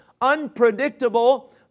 unpredictable